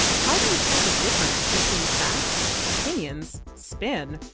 how do you tell the difference between facts, opinions, spin,